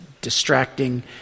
distracting